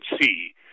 see